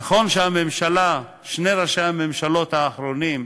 נכון ששני ראשי הממשלה האחרונים,